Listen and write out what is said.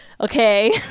okay